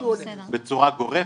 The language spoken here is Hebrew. בצורה גורפת,